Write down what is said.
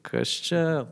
kas čia